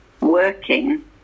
working